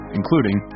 including